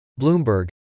Bloomberg